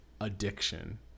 addiction